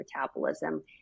metabolism